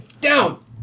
down